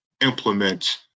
implement